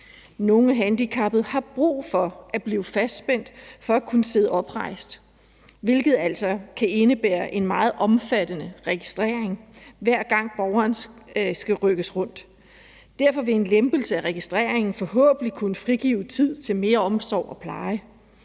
Nogle handicappede har brug for at blive fastspændt for at kunne sidde oprejst, hvilket altså kan indebære en meget omfattende registrering, hver gang borgeren skal rykkes rundt. Derfor vil en lempelse af registreringen forhåbentlig kunne frigive tid til mere omsorg og pleje.